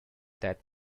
that